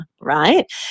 right